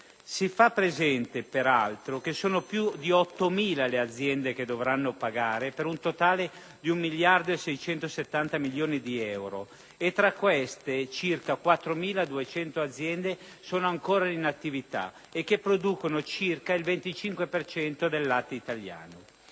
Si fa presente, peraltro, che sono più di 8.000 le aziende che dovranno pagare per un totale di circa 1 miliardo e 670 milioni di euro e tra queste circa 4.200 aziende sono ancora in attività e producono circa il 25 per cento del latte italiano.